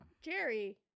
Jerry